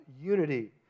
unity